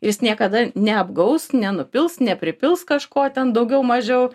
jis niekada neapgaus nenupils nepripils kažko ten daugiau mažiau